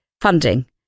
funding